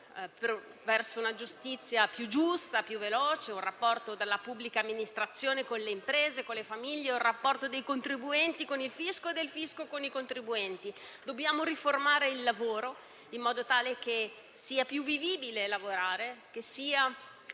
da una giustizia più equa e più veloce al rapporto della pubblica amministrazione con le imprese e con le famiglie, al rapporto dei contribuenti con il fisco e del fisco con i contribuenti. Dobbiamo riformare il lavoro in modo tale che lavorare sia